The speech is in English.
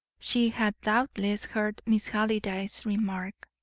she had doubtless heard miss halliday's remark.